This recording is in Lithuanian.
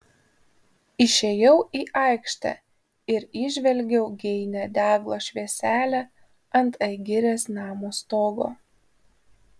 išėjau į aikštę ir įžvelgiau geinią deglo švieselę ant agirės namo stogo